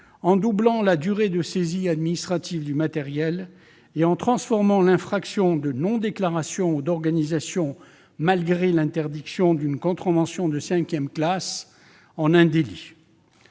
en doublant la durée de saisie administrative du matériel et en transformant l'infraction de non-déclaration ou d'organisation malgré l'interdiction -actuellement une contravention de cinquième classe -en un délit.